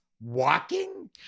walking